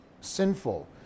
sinful